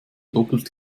doppelt